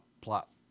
plot